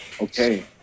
okay